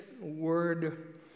word